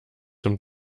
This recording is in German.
zum